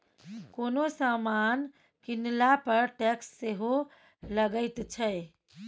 कोनो समान कीनला पर टैक्स सेहो लगैत छै